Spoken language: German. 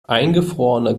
eingefrorene